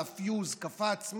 הפיוז קפץ,